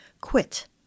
quit